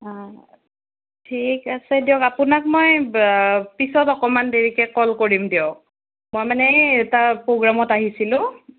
ঠিক আছে দিয়ক আপোনাক মই পিছত অকণমান দেৰিকৈ কল কৰিম দিয়ক মই মানে এই এটা প্ৰগ্ৰামত আহিছিলোঁ